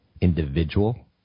individual